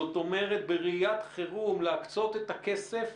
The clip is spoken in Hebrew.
זאת אומרת, בראיית חירום להקצות את הכסף,